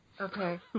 Okay